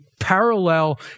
parallel